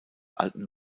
alten